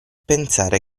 pensare